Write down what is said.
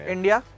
India